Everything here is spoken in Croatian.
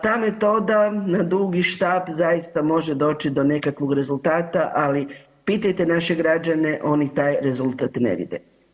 Ta metoda na dugi štap zaista može doći do nekakvog rezultata, ali pitajte naše građane, oni taj rezultat ne vide.